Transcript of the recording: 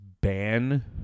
ban